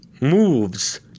moves